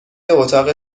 اتاق